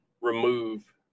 remove